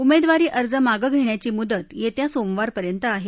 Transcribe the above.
उमेदवारी अर्ज मागं घेण्याची मुदत येत्या सोमवारपर्यंत आहे